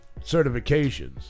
certifications